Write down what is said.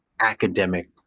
academic